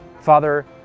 Father